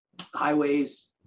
highways